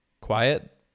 quiet